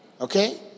Okay